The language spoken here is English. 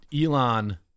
Elon